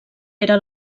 era